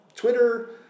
Twitter